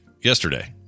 yesterday